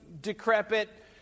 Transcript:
decrepit